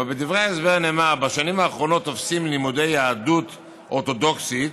אבל בדברי ההסבר נאמר: "בשנים האחרונות תופסים לימודי יהדות אורתודוקסית